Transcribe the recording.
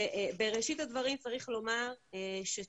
בראשית הדברים צריך לומר שצה"ל